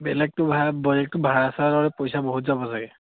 বেলেগত ভাই বেলেগটো ভাড়া চাৰা আৰু পইচা বহুত যাব চাগে